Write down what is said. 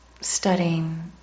studying